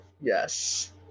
Yes